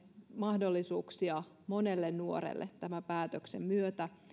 mahdollisuuksia monelle nuorelle tämän päätöksen myötä